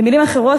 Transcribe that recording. במילים אחרות,